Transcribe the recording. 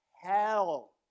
hell